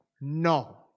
No